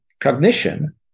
cognition